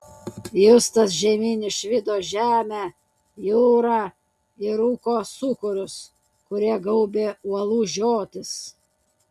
justas žemyn išvydo žemę jūrą ir rūko sūkurius kurie gaubė uolų žiotis